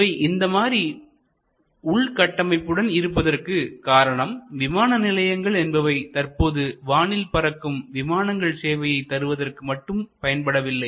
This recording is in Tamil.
இவை இந்த மாதிரி உள்கட்டமைப்புடன் இருப்பதற்கு காரணம் விமான நிலையங்கள் என்பவை தற்போது வானில் பறக்கும் விமானங்கள் சேவையை தருவதற்கு மட்டும் பயன்படவில்லை